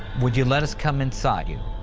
would you let us come inside you